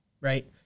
Right